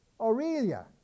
Aurelia